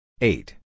Eight